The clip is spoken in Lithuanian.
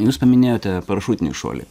jūs paminėjote parašutinį šuolį